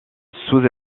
sous